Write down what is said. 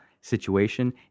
situation